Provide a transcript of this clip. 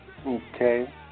Okay